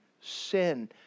sin